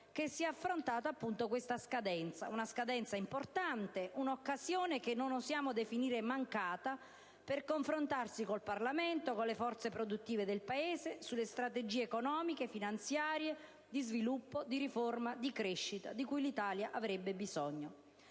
che si è affrontata questa scadenza, una scadenza importante, un'occasione che non osiamo definire mancata per confrontarsi con il Parlamento, con le forze produttive del Paese sulle strategie economiche, finanziarie, di sviluppo, di riforme e di crescita di cui l'Italia avrebbe bisogno.